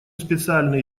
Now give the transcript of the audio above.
специально